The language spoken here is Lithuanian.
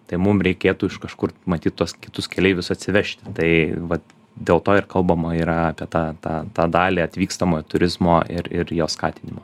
tai mum reikėtų iš kažkur matyt tuos kitus keleivius atsivežti tai vat dėl to ir kalbama yra apie tą tą tą dalį atvykstamojo turizmo ir ir jo skatinimo